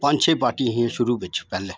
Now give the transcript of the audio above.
पंज छे पार्टी ही शरू बिच्च पैह्लें